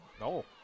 No